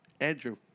Andrew